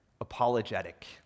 apologetic